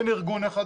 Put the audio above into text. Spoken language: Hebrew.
אין ארגון אחד,